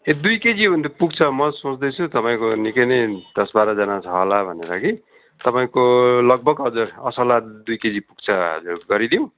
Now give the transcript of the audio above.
ए दुई केजी हो भने त पुग्छ म सोच्दैछु तपाईँको निक्कै नै दस बाह्रजना छ होला भनेर कि तपाईँको लगभग हजुर असला दुई केजी पुग्छ हजुर गरिदिउँ